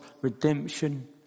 redemption